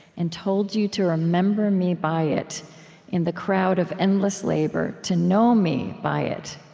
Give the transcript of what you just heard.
and told you to remember me by it in the crowd of endless labor, to know me by it.